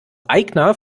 aigner